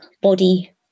body